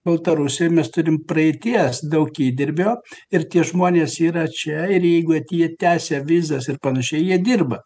baltarusijoj mes turim praeities daug įdirbio ir tie žmonės yra čia ir jeigu jie tęsia vizas ir panašiai jie dirba